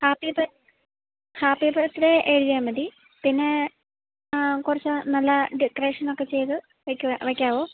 happy birthday എഴുതിയാല് മതി പിന്നെ കുറച്ച് നല്ല ഡെക്കറേഷനൊക്കെ ചെയ്ത് വെയ്ക്കാമോ